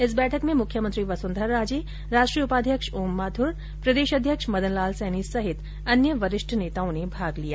इस बैठक में मुख्यमंत्री वसुंधरा राजे राष्ट्रीय उपाध्यक्ष ओम माथुर प्रदेषाध्यक्ष मदन लाल सैनी समेत अन्य वरिष्ठ नेताओं ने भाग लिया